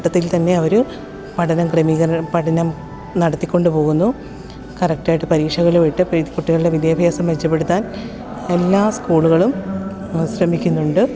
നോട്ടത്തിൽ തന്നെ അവർ പഠനം ക്രമീകരണം പഠനം നടത്തിക്കൊണ്ടു പോകുന്നു കറക്റ്റായിട്ട് പരീക്ഷകൾ ഇട്ട് കുട്ടികളുടെ വിദ്യാഭ്യാസം മെച്ചപ്പെടുത്താൻ എല്ലാ സ്കൂളുകളും ശ്രമിക്കുന്നുണ്ട്